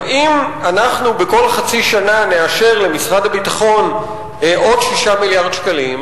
אם אנחנו בכל חצי שנה נאשר למשרד הביטחון עוד 6 מיליארד שקלים,